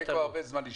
לכן אני